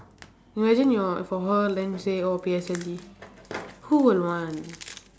imagine your for her then you say oh P_S_L_E who will want